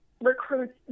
recruits